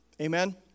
Amen